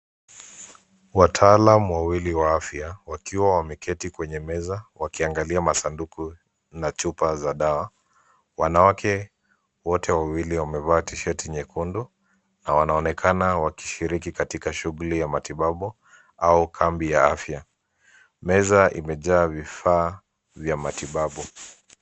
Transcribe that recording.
Wataalam wa afya wakiwa wameketi kwenye meza wakiangalia masanduku na chupa za dawa, wanawake wote wawili wamevaa tishati nyekundu na wanaonekana wakishiriki katika shuguli ya matibabu au kambi ya afya. Meza imejaa vifaa vya matibabu.